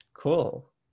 Cool